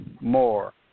more